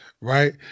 right